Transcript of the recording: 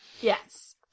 Yes